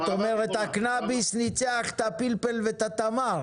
זאת אומרת הקנאביס ניצח את הפלפל ואת התמר.